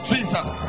Jesus